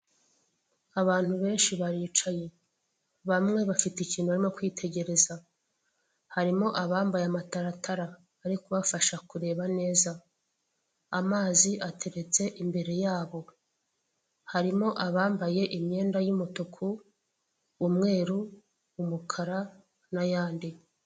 Abantu benshi baricaye bamwe bafite ikintu barimo kwitegereza harimo abambaye amataratara ari kubafasha kureba neza amazi ateretse imbere yabo, harimo abambaye imyenda y'umutuku, umweru, umukara n'ayandi.